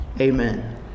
amen